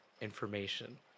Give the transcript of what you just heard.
information